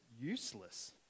useless